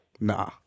Nah